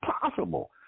possible